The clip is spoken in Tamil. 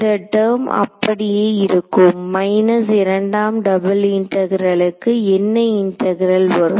இந்த டெர்ம் அப்படியே இருக்கும் மைனஸ் இரண்டாம் டபுள் இன்டெகரெலுக்கு என்ன இன்டெகரெல் வரும்